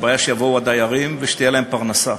הבעיה שיבואו הדיירים ושתהיה להם פרנסה,